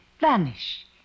vanish